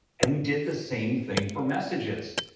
and we did the same thing for messages.